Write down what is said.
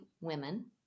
women